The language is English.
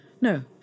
No